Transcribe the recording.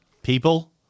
People